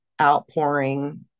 outpouring